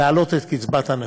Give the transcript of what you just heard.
להעלות את קצבת הנכות.